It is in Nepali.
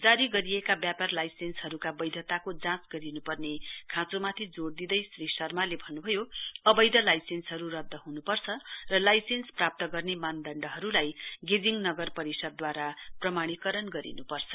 जारी गरिएका व्यापार लाइसेन्सहरूका वैधताको जाँच गरिन्पर्ने खाँचोमाथि जोड़ दिँदै श्री शर्माले भन्नुभयो अवैध लाइसेन्सहरू रद्द हुनुपर्छ र लाइसेन्स प्राप्त गर्ने मानदण्डहरूलाई गेजिङ नगर परिषदद्वारा प्रमाणीकरण गरिन्पर्छ